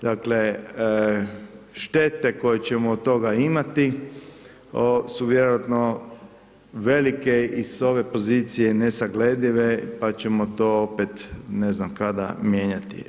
Dakle, štete koje ćemo od toga imati su vjerovatno velike i s ove pozicije nesagledive pa ćemo to opet ne znam kada, mijenjati.